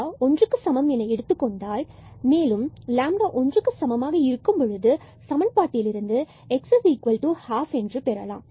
எனவே λ ஒன்றுக்கு சமம் என எடுத்துக்கொண்டால் மேலும் λ ஒன்றுக்கு சமமாக இருக்கும் பொழுது முதல் சமன்பாட்டில் இருந்து x12ஐ பெறலாம்